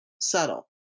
subtle